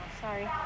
Sorry